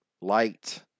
light